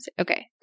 Okay